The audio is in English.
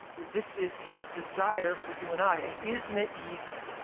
this is his desire for you and i, and isn't it easy.